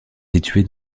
située